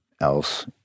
else